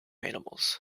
animals